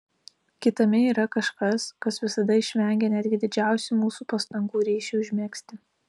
kitame yra kažkas kas visada išvengia netgi didžiausių mūsų pastangų ryšiui užmegzti